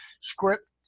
script